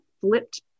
flipped